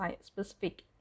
specific